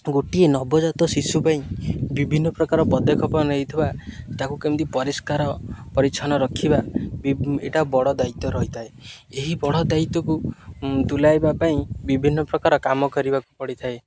ଗୋଟିଏ ନବଜାତ ଶିଶୁ ପାଇଁ ବିଭିନ୍ନ ପ୍ରକାର ପଦକ୍ଷେପ ନେଇଥିବା ତାକୁ କେମିତି ପରିଷ୍କାର ପରିଚ୍ଛନ୍ନ ରଖିବା ଏଇଟା ବଡ଼ ଦାୟିତ୍ୱ ରହିଥାଏ ଏହି ବଡ଼ ଦାୟିତ୍ୱକୁ ତୁଲାଇବା ପାଇଁ ବିଭିନ୍ନ ପ୍ରକାର କାମ କରିବାକୁ ପଡ଼ିଥାଏ